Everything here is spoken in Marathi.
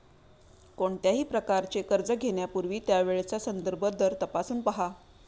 कोणत्याही प्रकारचे कर्ज घेण्यापूर्वी त्यावेळचा संदर्भ दर तपासून पहा